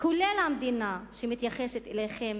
כולל המדינה שמתייחסת אליכם